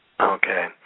okay